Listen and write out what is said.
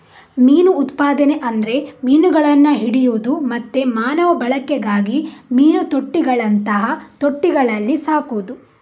ಮೀನು ಉತ್ಪಾದನೆ ಅಂದ್ರೆ ಮೀನುಗಳನ್ನ ಹಿಡಿಯುದು ಮತ್ತೆ ಮಾನವ ಬಳಕೆಗಾಗಿ ಮೀನು ತೊಟ್ಟಿಗಳಂತಹ ತೊಟ್ಟಿಗಳಲ್ಲಿ ಸಾಕುದು